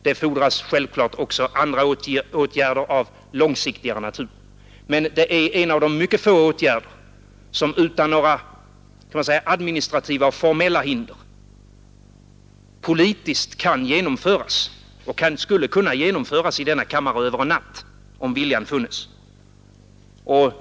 Det fordras självfallet också andra åtgärder av långsiktig natur, men prisreglering är en av de mycket få åtgärder som utan några administrativa och formella hinder politiskt kan genomföras och skulle kunna genomföras i denna kammare över en enda natt om viljan funnes.